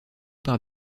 par